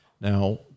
Now